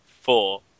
Four